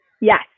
Yes